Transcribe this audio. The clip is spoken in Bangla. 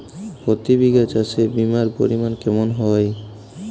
প্রতি বিঘা চাষে বিমার পরিমান কেমন হয়?